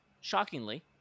shockingly